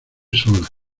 sola